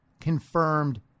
confirmed